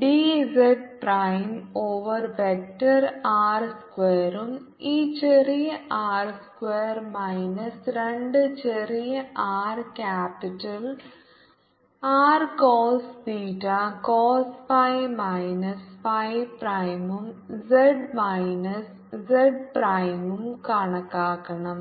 D z prime over vector R സ്ക്വയറും ഈ ചെറിയ ആർ സ്ക്വയർ മൈനസ് 2 ചെറിയ R capital R cos theta cos phi minus phi പ്രൈമും z minus z പ്രൈമും കണക്കാക്കണം